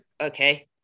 Okay